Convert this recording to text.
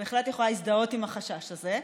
אני בהחלט יכולה להזדהות עם החשש הזה.